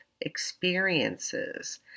experiences